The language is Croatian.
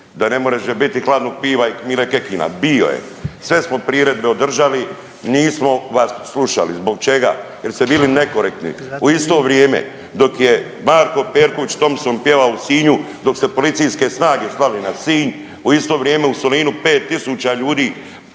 Da ne može biti Hladnog piva i Mile Kekina, bio je. Sve smo priredbe održali, nismo vas slušali. Zbog čega? Jer ste bili nekorektni. U isto vrijeme dok je Marko Perković Thompson pjevao u Sinju, dok ste policijske snage zvali na Sinj, u isto vrijeme u Solinu 5.000 ljudi